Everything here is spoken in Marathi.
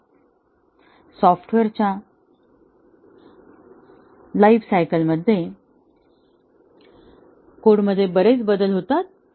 तर सॉफ्टवेअरच्या लाईफ सायकलमध्ये कोडमध्ये बरेच बदल होतात